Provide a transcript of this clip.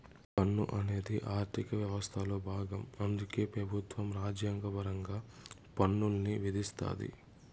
పన్ను అనేది ఆర్థిక యవస్థలో బాగం అందుకే పెబుత్వం రాజ్యాంగపరంగా పన్నుల్ని విధిస్తాది